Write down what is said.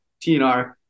TNR